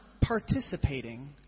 participating